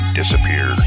disappear